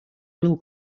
will